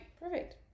Perfect